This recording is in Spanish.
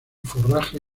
forraje